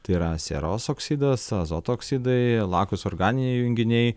tai yra sieros oksidas azoto oksidai lakūs organiniai junginiai